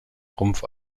rumpf